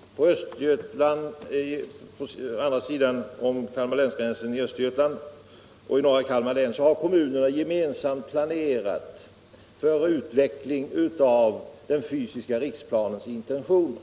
jag representerar. Kommunerna på andra sidan länsgränsen — i Östergötland och i norra Kalmar län — har gemensamt planerat för en utveckling av den fysiska riksplanens intentioner.